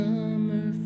Summer